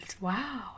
wow